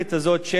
תודה לך.